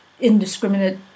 indiscriminate